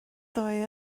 ddwy